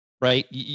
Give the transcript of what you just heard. Right